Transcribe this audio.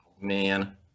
man